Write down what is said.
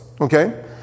okay